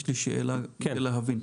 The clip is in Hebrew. יש לי שאלה כדי להבין: